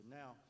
now